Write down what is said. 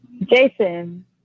Jason